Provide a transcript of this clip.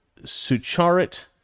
Sucharit